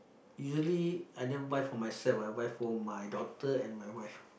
usually I never buy for myself I buy for my daughter and my wife